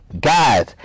Guys